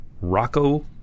Rocco